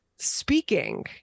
speaking